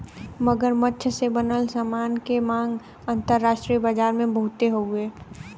मगरमच्छ से बनल सामान के मांग अंतरराष्ट्रीय बाजार में बहुते हउवे